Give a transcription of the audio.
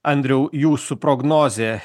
andriau jūsų prognozė